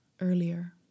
Earlier